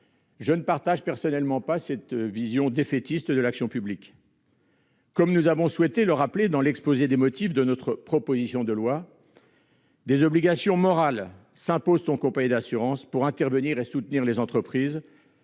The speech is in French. je ne partage pas cette vision défaitiste de l'action publique. Comme nous avons souhaité le rappeler dans l'exposé des motifs de notre proposition de loi, des « obligations morales » s'imposent aux compagnies d'assurance, pour intervenir et soutenir les entreprises